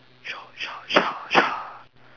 show show show show